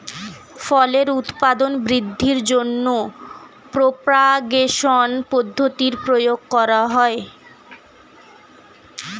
ফলের উৎপাদন বৃদ্ধির জন্য প্রপাগেশন পদ্ধতির প্রয়োগ করা হয়